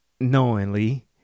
knowingly